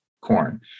corn